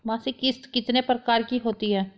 मासिक किश्त कितने प्रकार की होती है?